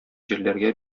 җирләргә